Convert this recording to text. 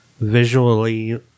visually